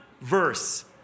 verse